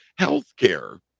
Healthcare